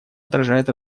отражает